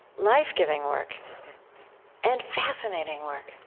life-giving work and fascinating work,